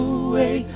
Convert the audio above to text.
away